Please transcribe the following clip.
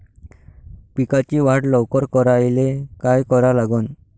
पिकाची वाढ लवकर करायले काय करा लागन?